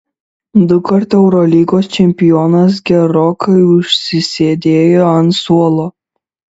dukart eurolygos čempionas gerokai užsisėdėjo ant suolo